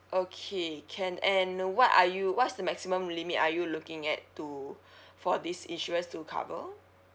okay can and what are you what's the maximum limit are you looking at to for this insurance to cover